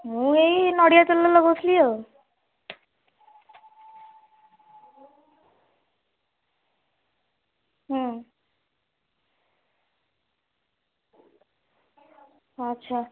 ମୁଁ ଏଇ ନଡ଼ିଆ ତେଲ ଲଗାଉଥିଲି ଆଉ ହୁଁ ଆଚ୍ଛା